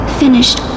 finished